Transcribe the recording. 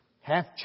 half